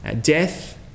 death